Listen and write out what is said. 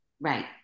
Right